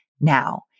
now